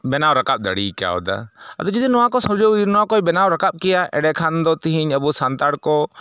ᱵᱮᱱᱟᱣ ᱨᱟᱠᱟᱵ ᱫᱟᱲᱮᱭ ᱠᱟᱣᱫᱟ ᱟᱫᱚ ᱡᱩᱫᱤ ᱱᱚᱣᱟ ᱠᱚ ᱥᱚᱦᱚᱡᱳᱜᱤ ᱱᱚᱣᱟ ᱠᱚᱭ ᱵᱮᱱᱟᱣ ᱨᱟᱠᱟᱵ ᱠᱮᱭᱟ ᱮᱸᱰᱮᱠᱷᱟᱱ ᱫᱚ ᱛᱤᱦᱤᱧ ᱟᱵᱚ ᱥᱟᱱᱛᱟᱲ ᱠᱚ